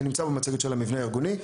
זה נמצא במצגת של המבנה הארגוני.